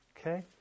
Okay